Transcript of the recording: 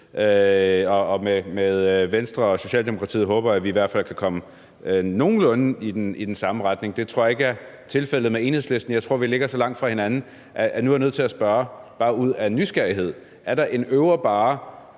og med Venstre og Socialdemokratiet håber jeg, at vi i hvert fald kan komme nogenlunde i den samme retning. Det tror jeg ikke er tilfældet med Enhedslisten. Jeg tror, vi ligger for langt fra hinanden, men nu er jeg nødt til at spørge bare ud af nysgerrighed: Ville der være